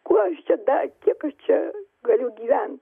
kuo aš da kiek aš čia galiu gyvent